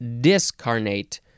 discarnate